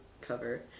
cover